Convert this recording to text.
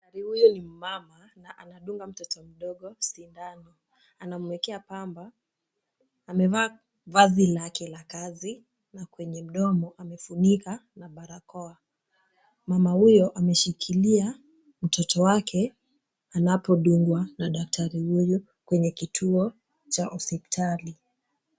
Huyu ni mama na anadunga mtoto mdogo sindano. Anamwekea pamba. Amevaa vazi lake la kazi na kwenye mdomo amefunika na barakoa. Mama huyo ameshikilia mtoto wake anapodungwa na daktari huyu kwenye kituo cha hospitali.